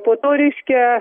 po to reiškia